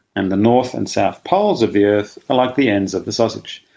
and the north and south poles of the earth are like the ends of the sausage,